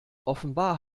offenbar